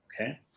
Okay